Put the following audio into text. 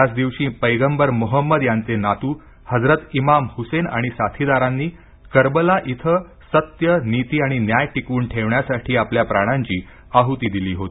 याच दिवशी पैगंबर मुहम्मद यांचे नातू हजरत इमाम हुसेन आणि साथीदारांनी कर्बला इथे सत्य नीति आणि न्याय टिकवून ठेवण्यासाठी आपल्या प्राणांची आहुती दिली होती